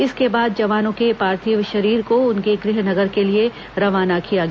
इसके बाद जवानों के पार्थिव शरीर को उनके गृह नगर के लिए रवाना किया गया